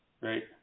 right